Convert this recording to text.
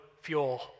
fuel